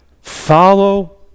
follow